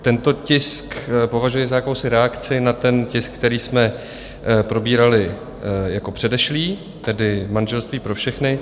Tento tisk považuji za jakousi reakci na ten tisk, který jsme probírali jako předešlý, tedy manželství pro všechny.